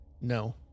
No